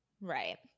Right